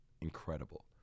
Incredible